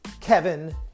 Kevin